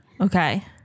Okay